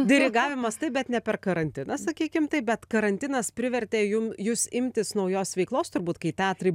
dirigavimas taip bet ne per karantiną sakykim taip bet karantinas privertė jums jus imtis naujos veiklos turbūt kai teatrai